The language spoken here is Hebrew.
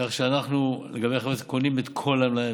כך שאנחנו קונים את כל המלאי,